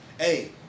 Hey